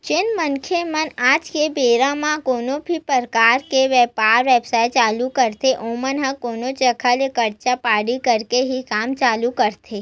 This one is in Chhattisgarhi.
जेन मनखे मन आज के बेरा म कोनो भी परकार के बेपार बेवसाय चालू करथे ओमन ह कोनो जघा ले करजा बोड़ी करके ही काम चालू करथे